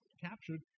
captured